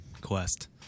quest